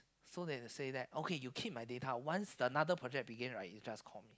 so that they will say that okay you keep my data once another project begin right you just call